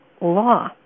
Law